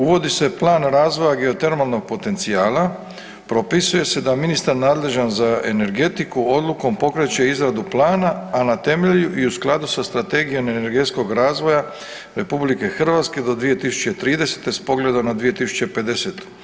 Uvodi se Plan razvoja geotermalnog potencijala, propisuje se da ministar nadležan za energetiku odlukom pokreće izradu plana, a na temelju i u skladu sa Strategijom energetskog razvoja RH do 2030. s pogledom na 2050.